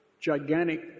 gigantic